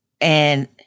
And-